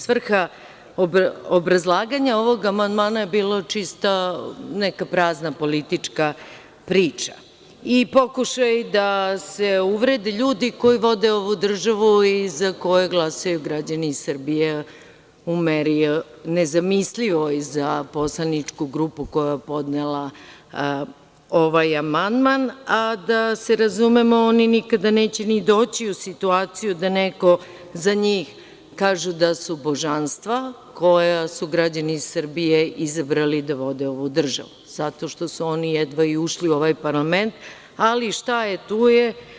Svrha obrazlaganja ovog amandmana je bilo čista neka prazna politička priča i pokušaj da se uvrede ljudi koji vode ovu državu i za koje glasaju građani Srbije u meri nezamislivoj za poslaničku grupu koja je podnela ovaj amandman, a da se razumemo, oni nikada neće ni doći u situaciju da neko za njih kaže da su – božanstva koja su građani Srbije izabrali da vode ovu državu, zato što su oni jedva ušli u ovaj parlament, ali šta je, tu je.